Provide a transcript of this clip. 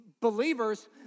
believers